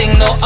no